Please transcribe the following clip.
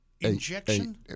Injection